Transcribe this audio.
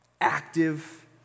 active